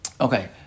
okay